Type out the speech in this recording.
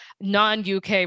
non-UK